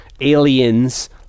Aliens